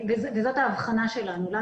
בבקשה, אם אפשר בדקה אני מאוד אודה לך.